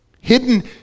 hidden